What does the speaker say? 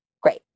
great